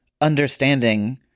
understanding